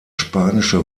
spanische